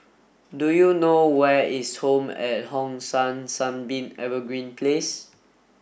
do you know where is Home at Hong San Sunbeam Evergreen Place